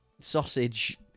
sausage